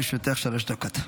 לרשותך שלוש דקות.